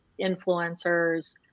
influencers